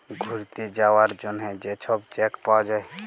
ঘ্যুইরতে যাউয়ার জ্যনহে যে ছব চ্যাক পাউয়া যায়